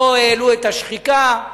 לא העלו לפי השחיקה,